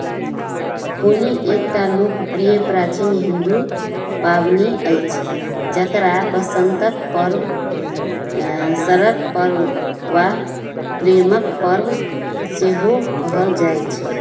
होली एक टा लोकप्रिय प्राचीन हिन्दू पाबनि अछि जकरा वसन्तक पर्व सड़क पर्व वा प्रेमक पर्व सेहो कहल जाइ छै